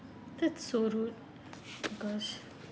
that's so rude gosh